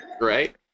right